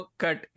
cut